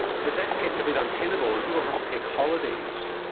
but that gets a bit untenable and people have to take holidays,